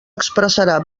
expressarà